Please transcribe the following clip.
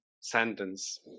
sentence